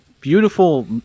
beautiful